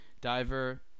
diver